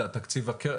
התקציב,